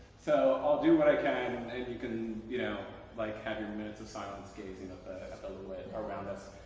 so i'll do what i can and and you can you know like have your minutes of silence gazing at the lewitt around us.